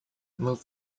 move